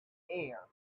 air